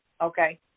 Okay